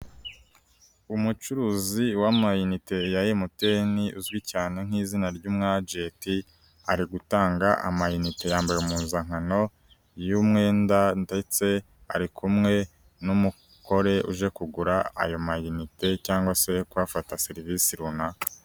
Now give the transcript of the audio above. Umucuruzi w'amayinite ya MTN uzwi cyane nk'izina ry'umwajenti ari gutanga amayinite, yambara impuzankano y'umwenda ndetse ari kumwe n'umukore uje kugura ayo mayinite cyangwa se kuhafata serivisi runaka.